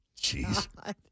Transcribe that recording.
Jeez